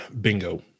Bingo